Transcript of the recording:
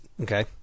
Okay